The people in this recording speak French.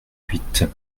huit